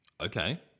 Okay